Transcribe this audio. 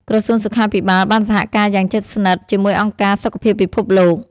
ក្រសួងសុខាភិបាលបានសហការយ៉ាងជិតស្និទ្ធជាមួយអង្គការសុខភាពពិភពលោក។